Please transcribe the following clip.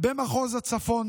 במחוז הצפון